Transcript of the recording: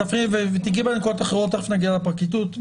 תגעי בנקודות אחרות, תכף נגיע לפרקליטות.